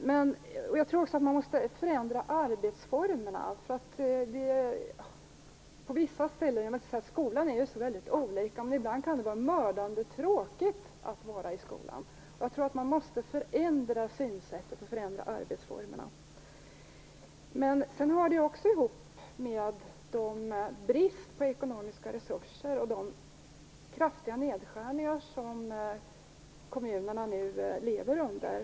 Jag tror också att man måste förändra arbetsformerna. Skolan är ju så väldigt olika, och ibland kan det vara mördande tråkigt att vara i skolan. Jag tror att man måste förändra synsättet och förändra arbetsformerna. Detta hör ju också ihop med den brist på ekonomiska resurser och de kraftiga nedskärningar som kommunerna nu lever under.